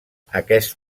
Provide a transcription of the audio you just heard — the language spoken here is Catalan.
aquest